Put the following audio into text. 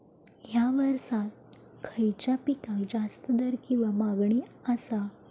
हया वर्सात खइच्या पिकाक जास्त दर किंवा मागणी आसा?